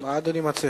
אני מציע